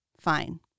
Fine